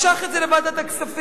משך את זה לוועדת הכספים.